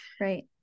Right